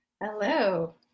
Hello